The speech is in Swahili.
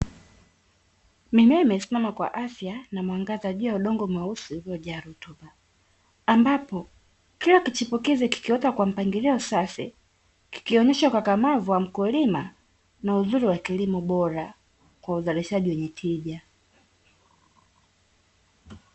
Mimea imesimama kwa afya na mwangaza juu ya udongo mweusi uliojaa rutuba, ambapo kila kichipukizi kikiota kwa mpangilio safi kikionyesha ukakamavu wa mkulima na uzuri wa kilimo bora kwa uzalishaji wenye tija.